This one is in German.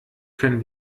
können